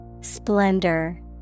Splendor